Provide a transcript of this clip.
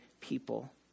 people